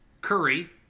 Curry